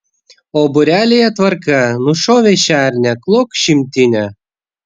o būrelyje tvarka nušovei šernę klok šimtinę